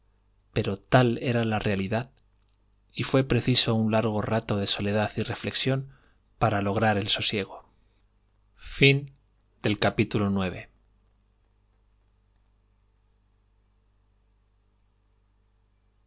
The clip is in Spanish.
pero tal era la realidad y fué preciso un largo rato de soledad y reflexión para lograr el sosiego